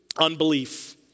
unbelief